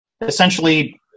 Essentially